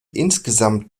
insgesamt